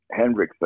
Hendrickson